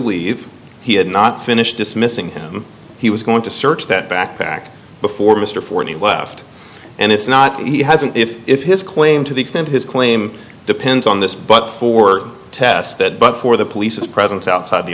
leave he had not finished dismissing him he was going to search that backpack before mr forni well after and it's not he hasn't if if his claim to the extent his claim depends on this but for tested but for the police presence outside the